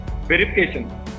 verification